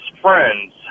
friends